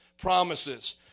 promises